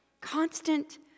Constant